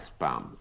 spam